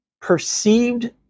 perceived